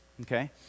Okay